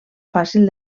fàcil